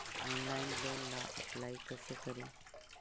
Online loan ला apply कैसे करी?